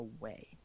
away